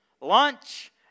lunch